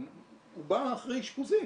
הוא בא אחרי אשפוזים,